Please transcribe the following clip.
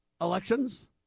elections